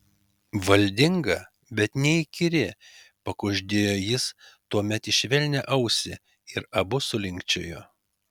valdinga bet neįkyri pakuždėjo jis tuomet į švelnią ausį ir abu sulinkčiojo